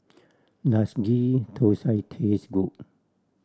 does Ghee Thosai taste good